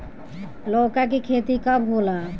लौका के खेती कब होला?